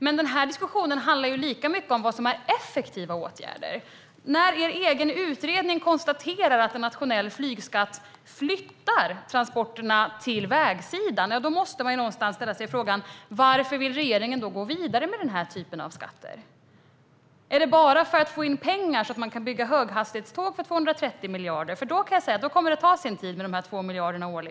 Men den här diskussionen handlar lika mycket om vad som är effektiva åtgärder. När regeringens egen utredning konstaterar att en nationell flygskatt flyttar transporterna till vägsidan måste man ställa sig frågan: Varför vill regeringen då gå vidare med den här typen av skatter? Är det bara för att få in pengar, så att man kan bygga höghastighetståg för 230 miljarder? I så fall kommer det att ta sin tid med dessa årliga 2 miljarder.